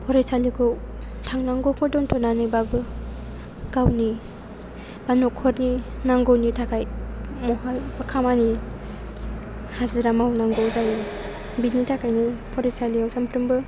फरायसालिखौ थांनांगौखौ दोनथ'नानैबाबो गावनि एबा न'खरनि नांगौनि थाखाय बबेहायबा खामानि हाजिरा मावनांगौ जायो बिनि थाखायनो फरायसालियाव सानफ्रोमबो